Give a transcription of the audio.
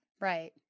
Right